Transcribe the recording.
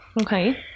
okay